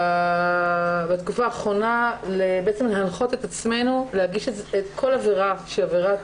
בתקופה האחרונה להנחות את עצמנו להגיש כל עבירה שהיא עבירת